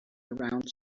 around